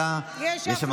בבקשה.